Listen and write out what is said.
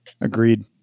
Agreed